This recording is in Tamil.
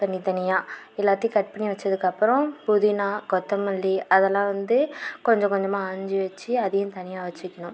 தனி தனியாக எல்லாத்தையும் கட் பண்ணி வச்சதுக்கப்பறம் புதினா கொத்தமல்லி அதலாம் வந்து கொஞ்சம் கொஞ்சமாக ஆஞ்சு வச்சு அதையும் தனியாக வச்சுக்கணும்